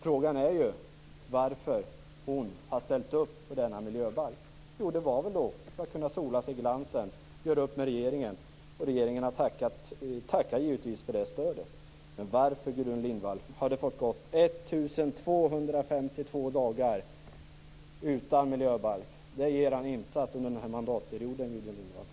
Frågan är varför hon har ställt upp på denna miljöbalk. Ja, det är väl för att kunna sola sig i glansen och kunna göra upp med regeringen, som givetvis tackar för det stödet. Men, Gudrun Lindvall, varför har det fått gå 1 252 dagar utan en miljöbalk? Det är er insats under den här mandatperioden, Gudrun Lindvall!